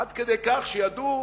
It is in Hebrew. עד כדי כך שידעו,